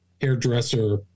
hairdresser